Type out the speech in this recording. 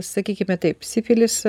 sakykime taip sifilis